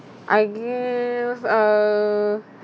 I guess uh